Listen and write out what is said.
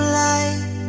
light